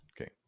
Okay